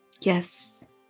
Yes